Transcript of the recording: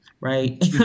right